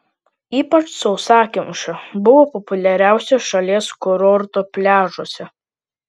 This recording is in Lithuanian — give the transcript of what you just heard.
ypač sausakimša buvo populiariausio šalies kurorto pliažuose